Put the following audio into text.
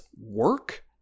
work